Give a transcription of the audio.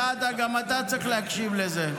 סעדה, גם אתה צריך להקשיב לזה.